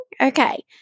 Okay